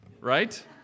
right